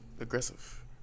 aggressive